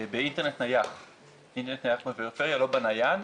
באינטרנט נייח בפריפריה, לא בנייד,